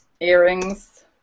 earrings